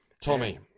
Tommy